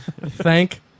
thank